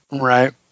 Right